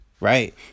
right